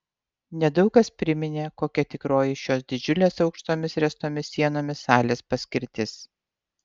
nedaug kas priminė kokia tikroji šios didžiulės aukštomis ręstomis sienomis salės paskirtis